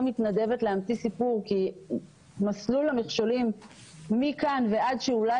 מתנדבת להמציא סיפור כי מסלול המכשולים מכאן ועד שאולי